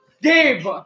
Dave